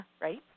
right